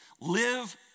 live